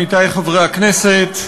עמיתי חברי הכנסת,